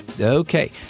Okay